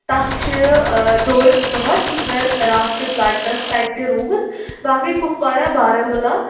تَتھ چھِ دوٚر دۄہس مگر راتس کیُتھ لاگہِ تَتھ تَتہِ روٗد باقٕے کُپوارا بارہمولہ